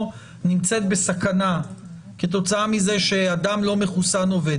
נמצאת בסכנה כתוצאה מזה שאדם לא מחוסן עובד,